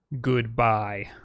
Goodbye